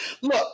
look